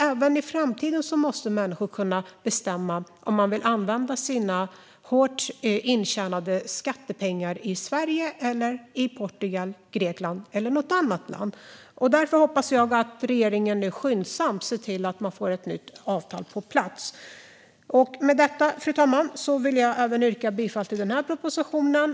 Även i framtiden måste människor kunna bestämma om de vill använda sina hårt intjänade pengar i Sverige eller i Portugal, Grekland eller något annat land. Därför hoppas jag att regeringen nu skyndsamt ser till att få ett nytt avtal på plats. Med detta, fru talman, yrkar jag bifall till propositionen.